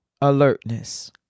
alertness